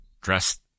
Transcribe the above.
dressed